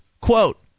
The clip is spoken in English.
quote